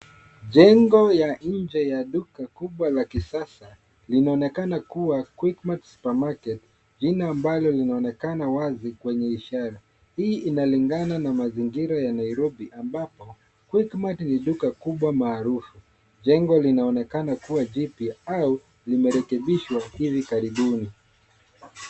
Jengo ya nje ya duka kubwa la kisasa linaonekana kuwa quickmart supermarket jina ambala linaonekana wazi kwenye ishara .Hii analingana na mazingira ya Nairobi ambapo quickmart ni duka kubwa maarufu .Jengo linaonekana kuwa jipya au limerekebishwa hivi karibuni.